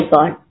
God